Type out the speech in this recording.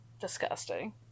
Disgusting